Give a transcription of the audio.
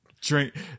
drink